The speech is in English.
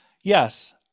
yes